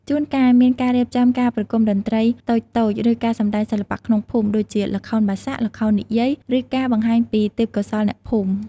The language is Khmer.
ជួនកាលមានការរៀបចំការប្រគំតន្ត្រីតូចៗ ឬការសម្ដែងសិល្បៈក្នុងភូមិ ដូចជាល្ខោនបាសាក់ ល្ខោននិយាយ ឬការបង្ហាញពីទេពកោសល្យអ្នកភូមិ ។